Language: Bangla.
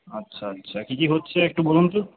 আচ্ছা আচ্ছা কী কী হচ্ছে একটু বলুন তো